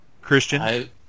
Christian